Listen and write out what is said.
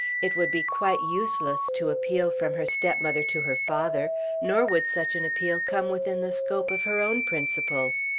it would be quite useless to appeal from her stepmother to her father nor would such an appeal come within the scope of her own principles.